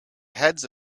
heads